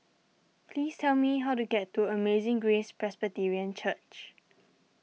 please tell me how to get to Amazing Grace Presbyterian Church